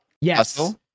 yes